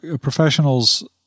professionals